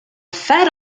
fed